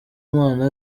imana